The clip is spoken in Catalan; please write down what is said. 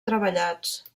treballats